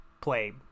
play